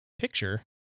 picture